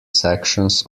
sections